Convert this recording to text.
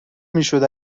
میشد